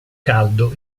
caldo